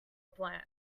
plan